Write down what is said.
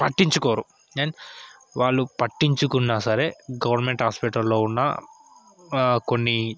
పట్టించుకోరు అండ్ వాళ్ళు పట్టించుకున్నా సరే గవర్నమెంట్ హాస్పిటల్లో ఉన్న కొన్ని